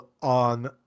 on